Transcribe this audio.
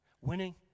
Winning